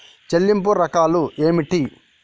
చెల్లింపు రకాలు ఏమిటి?